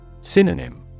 Synonym